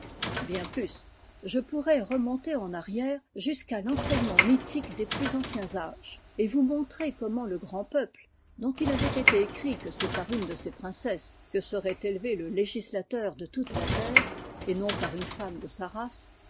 bien plus je pourrais remonter en arrière jusqu'à l'enseignement mythique des plus anciens âges et vous montrer comment le grand peuple dont il avait été écrit que c'est par une de ses princesses que serait élevé le législateur de toute la terre et non par une femme de sa race